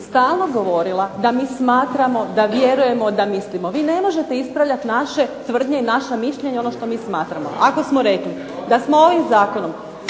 stalno govorila da mi smatramo, da vjerujemo, da mislimo. Vi ne možete ispravljat naše tvrdnje i naša mišljenja, ono što mi smatramo. Ako smo rekli da smatramo ovim zakonom